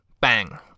Bang